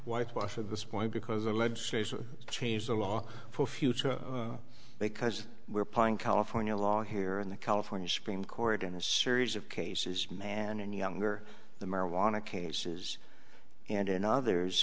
whitewashed at this point because the legislation changed the law for future because we're playing california law here in the california supreme court in a series of cases man and younger the marijuana cases and others